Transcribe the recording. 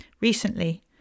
Recently